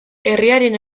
herriaren